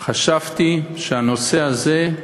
בדרך לכנסת, חשבתי שהנושא הזה,